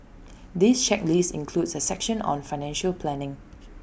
this checklist includes A section on financial planning